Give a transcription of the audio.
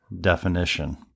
definition